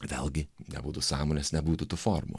vėlgi nebūtų sąmonės nebūtų tų formų